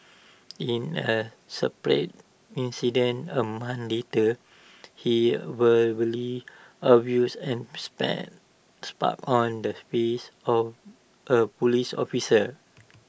in A separate incident A month later he verbally abused and spat spot on the face of A Police officer